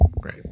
Great